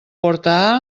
porta